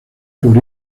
por